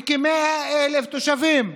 עם כ-100,000 תושבים,